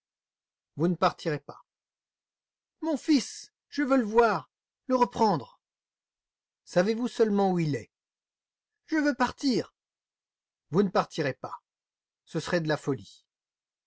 vous ne partirez pas mon fils je veux le voir le reprendre savez-vous seulement où il est je veux partir vous ne partirez pas ce serait de la folie